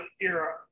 era